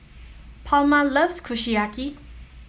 Palma loves Kushiyaki